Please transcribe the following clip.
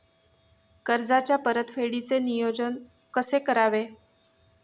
कर्जाच्या परतफेडीचे योग्य नियोजन कसे करावे?